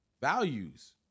Values